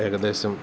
ഏകദേശം